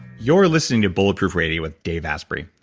you're listening to bulletproof radio with dave asprey.